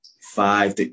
five